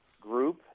group